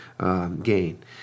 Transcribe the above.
gain